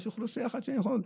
יש אוכלוסייה אחת שאני יכול.